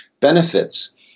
benefits